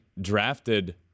drafted